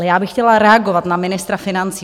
Ale já bych chtěla reagovat na ministra financí.